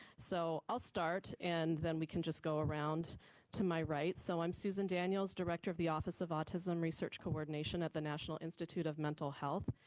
so i'll start, and then we can just go around to my right. so i'm susan daniels, director of the office of autism research research coordination at the national institute of mental health.